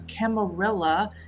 Camarilla